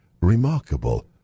remarkable